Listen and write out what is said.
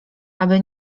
aby